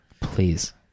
please